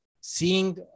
seeing